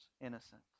innocent